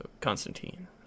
Constantine